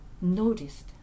noticed